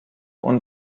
und